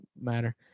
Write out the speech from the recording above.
matter